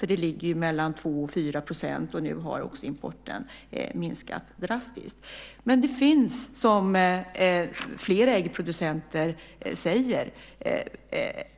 Importen ligger mellan 2 % och 4 % och den minskar nu drastiskt. Det finns, som flera äggproducenter säger,